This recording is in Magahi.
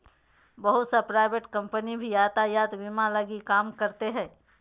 बहुत सा प्राइवेट कम्पनी भी यातायात बीमा के लगी काम करते हइ